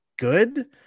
Good